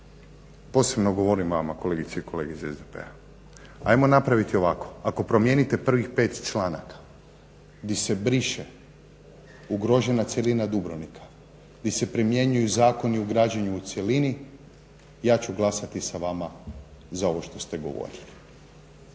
posebno govorim vama kolegice i kolege iz SDP-a. Ajmo napraviti ovako, ako promijeniti prvih 5 članaka gdje se briše ugrožena cjelina Dubrovnika, gdje se primjenjuju Zakoni o građenju u cjelini ja ću glasati sa vama za ovo što ste govorili